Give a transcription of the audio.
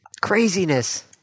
Craziness